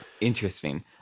interesting